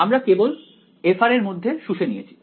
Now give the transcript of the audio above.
আমরা কেবল f এর মধ্যে শুষে নিয়েছি